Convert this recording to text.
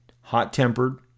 hot-tempered